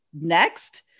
next